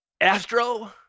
Astro